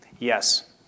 Yes